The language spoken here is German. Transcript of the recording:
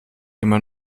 immer